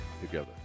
together